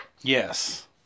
Yes